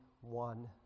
one